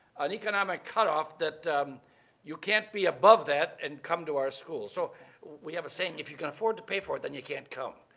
an economic cutoff that you can't be above that and come to our school. so we have a saying if you can afford to pay for it then you can't come.